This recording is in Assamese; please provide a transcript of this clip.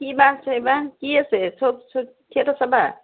কি বা আছে বা কি আছে চব থিয়েটাৰ চাবা